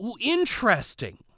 Interesting